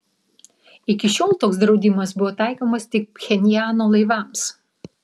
iki šiol toks draudimas buvo taikomas tik pchenjano laivams